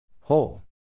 Whole